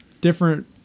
different